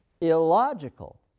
illogical